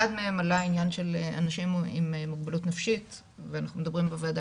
אחד מהם עלה העניין של אנשים מוגבלות נפשית ואנחנו מדברים בוועדה